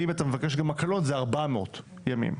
ואם אתה מבקש גם הקלות זה ארבע מאות ימים.